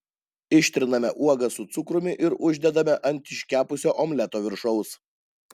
ištriname uogas su cukrumi ir uždedame ant iškepusio omleto viršaus